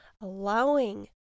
allowing